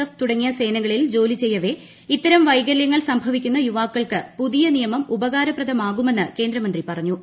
F തുടങ്ങിയ സേനകളിൽ ജോലി ചെയ്യവെ ഇത്തരം വൈകലൃങ്ങൾ സംഭവിക്കുന്ന യുവാക്കൾക്ക് പുതിയ നിയമം ഉപകാരപ്രദമാകുമെന്ന് കേന്ദ്രമന്ത്രി പറഞ്ഞു